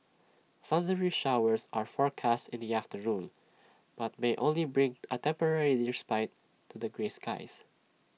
thundery showers are forecast in the afternoon but may only bring A temporary respite to the grey skies